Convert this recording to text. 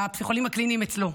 שהפסיכולוגים הקליניים אצלו,